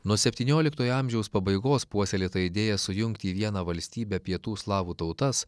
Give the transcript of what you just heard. nuo septynioliktojo amžiaus pabaigos puoselėtą idėją sujungti į vieną valstybę pietų slavų tautas